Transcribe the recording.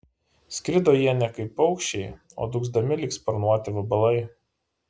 skrido jie ne kaip paukščiai o dūgzdami lyg sparnuoti vabalai